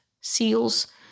seals